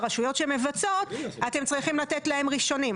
לרשויות שמבצעות אתם צריכים לתת להם ראשונות,